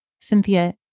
Cynthia